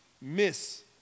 miss